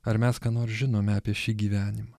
ar mes ką nors žinome apie šį gyvenimą